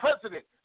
president